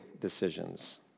decisions